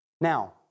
Now